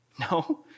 No